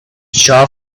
shop